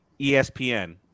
ESPN